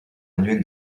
annuel